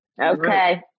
Okay